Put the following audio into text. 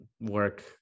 work